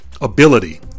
ability